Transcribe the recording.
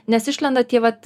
nes išlenda tie vat